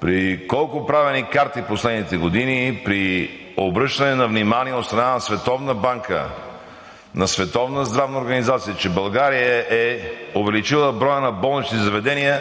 При колко правени карти в последните години, при обръщане на внимание от страна на Световна банка, на Световна здрава организация, че България е увеличила броя на болничните си заведения